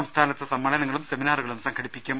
സംസ്ഥാനത്ത് സമ്മേളനങ്ങളും സെമിനാറുകളും സംഘടിപ്പിക്കും